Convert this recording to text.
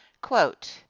quote